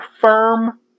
firm